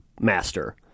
master